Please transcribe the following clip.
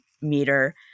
meter